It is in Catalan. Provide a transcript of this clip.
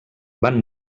van